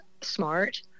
smart